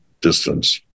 distance